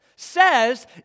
says